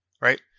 right